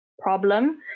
problem